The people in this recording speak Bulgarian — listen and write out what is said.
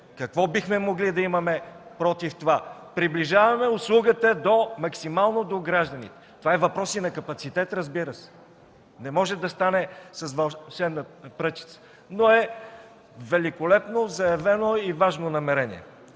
Какво бихме могли да имаме против това? Приближаваме услугата максимално до гражданите! Това е въпрос и на капацитет, разбира се. Не може да стане с вълшебна пръчица, но е великолепно заявено и важно намерение.